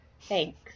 Thanks